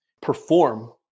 perform